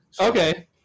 Okay